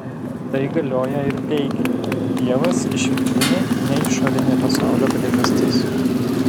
tai galioją ir teiginiui dievas išvidinė ne išorinė pasaulio priežastis